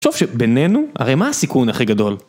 תחשוב שבינינו? הרי מה הסיכון הכי גדול?